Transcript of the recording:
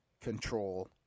control